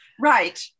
right